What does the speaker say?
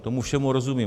Tomu všemu rozumím.